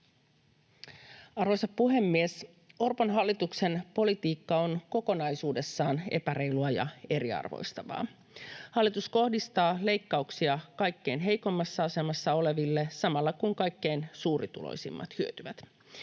Arvoisa puhemies! Orpon hallituksen politiikka on kokonaisuudessaan epäreilua ja eriarvoistavaa. Hallitus kohdistaa leikkauksia kaikkein heikoimmassa asemassa oleville samalla, kun kaikkein suurituloisimmat hyötyvät.